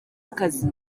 akazi